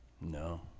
No